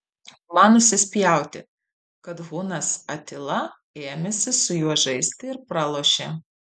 man nusispjauti kad hunas atila ėmėsi su juo žaisti ir pralošė